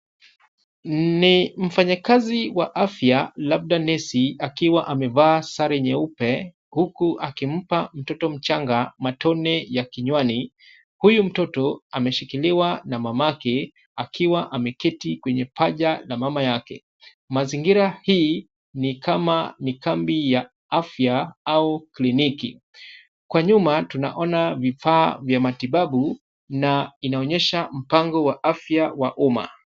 Ni mfanyakazi wa afya labda nesi akiwa amevaa sare nyeupe, huku akimpa mtoto mchanga matone ya kinywani, huyu mtoto ameshikiliwa na mamake akiwa ameketi kwenye paja la mama yake. Mazingira hii ni kama mikambi ya afya au kliniki. Kwa nyuma, tunaona vifaa vya matibabu na inaonyesha mpango wa afya wa umma.